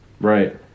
Right